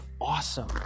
awesome